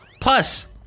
plus